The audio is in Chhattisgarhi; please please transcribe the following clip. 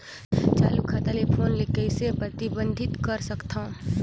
चालू खाता ले फोन ले कइसे प्रतिबंधित कर सकथव?